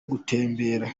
gutembera